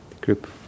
Group